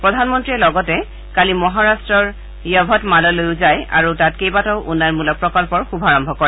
প্ৰধানমন্ত্ৰীয়ে লগতে কালি মহাৰাট্টৰ য়ভটমাললৈও যায় আৰু কেইবাটাও উন্নয়নমূলক প্ৰকল্পৰ শুভাৰম্ভ কৰে